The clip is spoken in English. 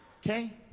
Okay